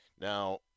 Now